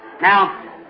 Now